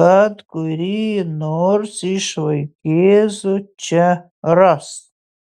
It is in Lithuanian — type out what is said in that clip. kad kurį nors iš vaikėzų čia ras